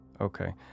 Okay